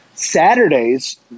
Saturdays